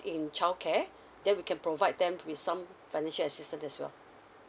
in child care then we can provide them with some financial assistance as well